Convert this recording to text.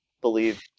believe